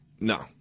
No